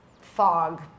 fog